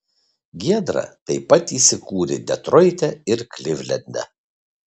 giedra taip pat įsikūrė detroite ir klivlende